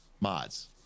mods